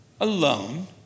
alone